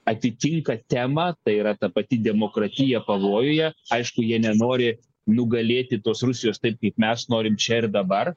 atitinka temą tai yra ta pati demokratija pavojuje aišku jie nenori nugalėti tos rusijos taip kaip mes norim čia ir dabar